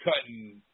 cutting